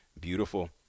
Beautiful